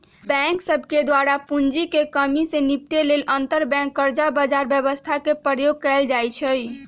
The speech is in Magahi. बैंक सभके द्वारा पूंजी में कम्मि से निपटे लेल अंतरबैंक कर्जा बजार व्यवस्था के प्रयोग कएल जाइ छइ